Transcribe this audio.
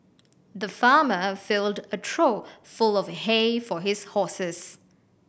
the farmer filled a trough full of hay for his horses